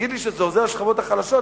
תגיד לי שזה עוזר לשכבות החלשות?